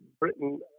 britain